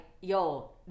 yo